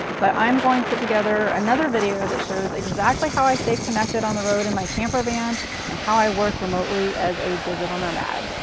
but i'm going to put together another video that shows exactly how i stay connected on the road in my camper van and how i work remotely as a digital nomad.